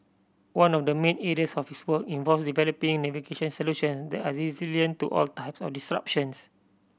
one of the main areas of his work involves developing navigation solution that are resilient to all the types of disruptions